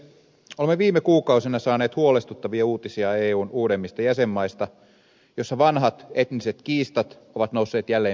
olemme viime kuukausina saaneet huolestuttavia uutisia eun uudemmista jäsenmaista joissa vanhat etniset kiistat ovat nousseet jälleen pintaan